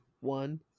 one